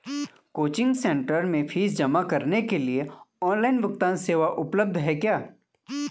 Coaching centre में fees जमा करने के लिए ऑनलाइन भुगतान सेवा उपलब्ध है क्या?